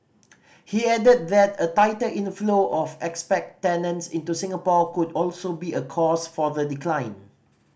he added that a tighter inflow of expat tenants into Singapore could also be a cause for the decline